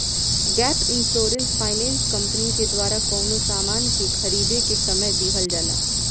gap insurance finance company के द्वारा कवनो सामान के खरीदें के समय दीहल जाला